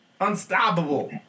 unstoppable